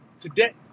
today